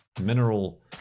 mineral